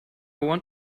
want